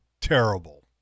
terrible